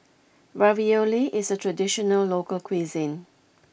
Ravioli is a traditional local cuisine